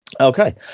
Okay